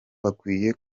bakwiye